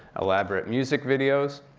elaborate music videos.